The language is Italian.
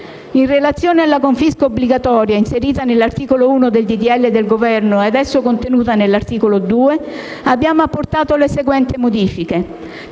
In relazione alla confisca obbligatoria inserita all'articolo 1 del disegno di legge del Governo e adesso contenuta all'articolo 2, abbiamo apportato le seguenti modifiche: